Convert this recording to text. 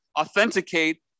authenticate